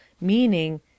meaning